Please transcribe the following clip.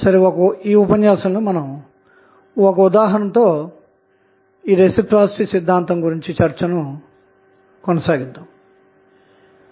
కాబట్టి ఈ ఉపన్యాసంలో ఒక ఉదాహరణ ద్వారా రెసిప్రొసీటీ సిద్ధాంతం గురించి తెలుసుకొందాము